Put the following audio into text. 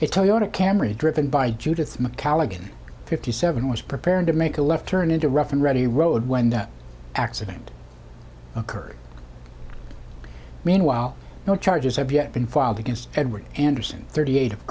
it toyota camry driven by judith macallan fifty seven was preparing to make a left turn into a rough and ready road when the accident occurred meanwhile no charges have yet been filed against edward anderson thirty eight of